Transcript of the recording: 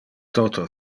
toto